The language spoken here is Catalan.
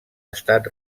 estat